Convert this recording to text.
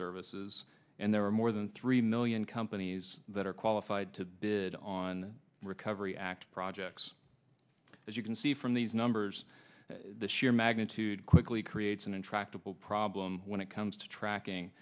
services and there are more than three million companies that are qualified to bid on recovery act projects as you can see from these numbers the sheer magnitude quickly creates an intractable problem when it comes to tracking